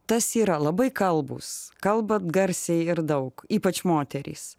tas yra labai kalbūs kalba garsiai ir daug ypač moterys